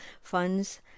funds